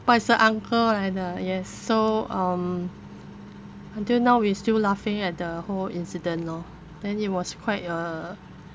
but it's a uncle 来的 yes so um until now we still laughing at the whole incident lor then it was quite a